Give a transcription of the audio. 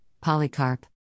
Polycarp